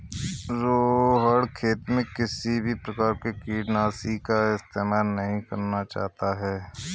रोहण खेत में किसी भी प्रकार के कीटनाशी का इस्तेमाल नहीं करना चाहता है